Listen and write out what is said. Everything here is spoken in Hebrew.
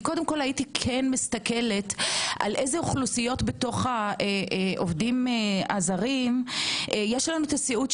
הייתי כן מסתכלת על אילו אוכלוסיות בתוך העובדים הזרים יש להם הסיעוד,